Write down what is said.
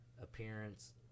appearance